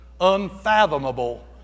unfathomable